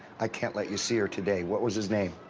i can't let you see her today. what was his name?